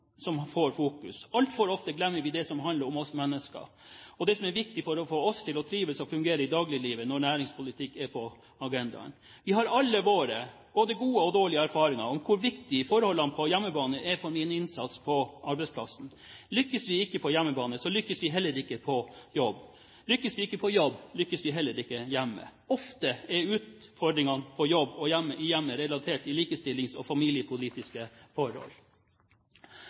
altfor ofte glemmer vi det som handler om oss mennesker, og det som er viktig for å få oss til å trives og fungere i dagliglivet når næringspolitikk er på agendaen. Vi har alle våre både gode og dårlige erfaringer med hvor viktige forholdene på hjemmebane er for vår innsats på arbeidsplassen. Lykkes vi ikke på hjemmebane, lykkes vi heller ikke på jobb. Og lykkes vi ikke på jobb, lykkes vi heller ikke hjemme. Ofte er utfordringene på jobb og i hjemmet relatert til likestilling og familiepolitiske forhold.